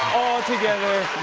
altogether.